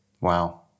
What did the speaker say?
Wow